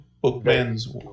Bookman's